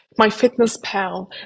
MyFitnessPal